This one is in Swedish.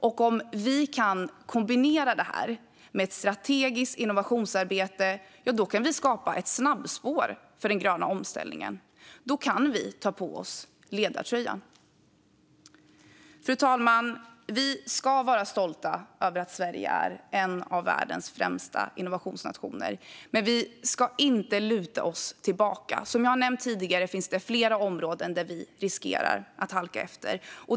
Och om vi kan kombinera det med ett strategiskt innovationsarbete kan vi skapa ett snabbspår för den gröna omställningen. Då kan vi ta på oss ledartröjan. Fru talman! Vi ska vara stolta över att Sverige är en av världens främsta innovationsnationer, men vi ska inte luta oss tillbaka. Som jag har nämnt tidigare finns det flera områden där vi riskerar att halka efter.